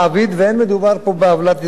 ואין מדובר פה בעוולת נזיקין.